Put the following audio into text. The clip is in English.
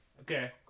Okay